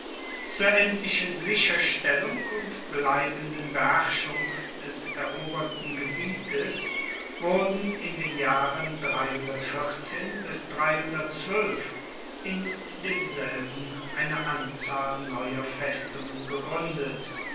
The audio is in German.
zur endlichen sicherstellung und bleibenden beherrschung des eroberten gebietes wurden in den jahren in demselben eine anzahl neuer festungen gegruendet